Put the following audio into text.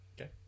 Okay